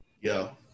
Yo